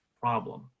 problem